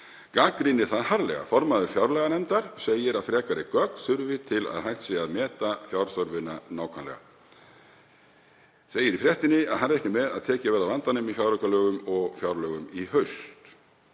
gagnrýnir það harðlega. Formaður fjárlaganefndar segir að frekari gögn þurfi til að hægt sé að meta fjárþörfina nákvæmlega. Segir í fréttinni að hann reikni með að tekið verði á vandanum í fjáraukalögum og fjárlögum í haust.